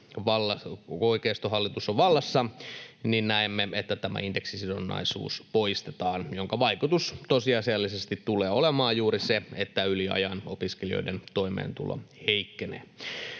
kun oikeistohallitus on vallassa, näemme, että tämä indeksisidonnaisuus poistetaan, minkä vaikutus tosiasiallisesti tulee olemaan juuri se, että yli ajan opiskelijoiden toimeentulo heikkenee.